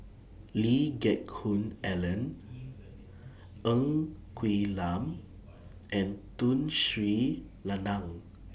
Lee Geck Hoon Ellen Ng Quee Lam and Tun Sri Lanang